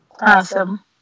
Awesome